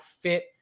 fit